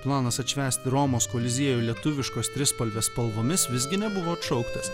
planas atšvęsti romos koliziejų lietuviškos trispalvės spalvomis visgi nebuvo atšauktas